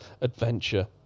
adventure